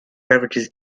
beverages